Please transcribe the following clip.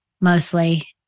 mostly